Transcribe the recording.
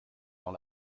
dans